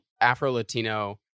Afro-Latino